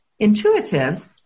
intuitives